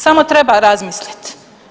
Samo treba razmisliti.